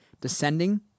descending